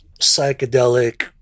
psychedelic